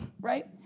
right